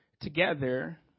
together